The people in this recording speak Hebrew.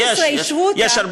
מ-2013, אישרו אותה, יש, יש.